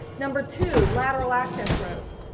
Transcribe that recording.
number two, lateral access roads.